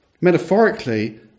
Metaphorically